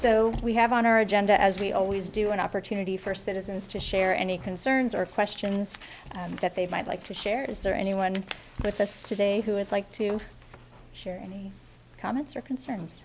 so we have on our agenda as we always do an opportunity for citizens to share any concerns or questions that they might like to share this or anyone with us today who has like to share any comments or concerns